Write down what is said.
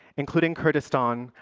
including kurdistan,